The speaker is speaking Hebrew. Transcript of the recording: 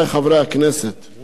בואו נודה ולא נבוש: